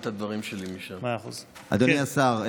אדוני השר,